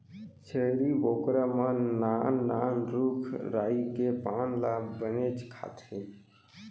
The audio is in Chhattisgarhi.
छेरी बोकरा मन नान नान रूख राई के पाना ल बनेच खाथें